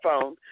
phone